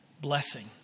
blessing